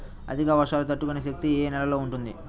అధిక వర్షాలు తట్టుకునే శక్తి ఏ నేలలో ఉంటుంది?